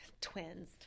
twins